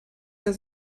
der